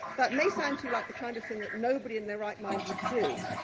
that may sound to you like the kind of thing that nobody in their right mind would do.